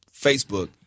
Facebook